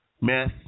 meth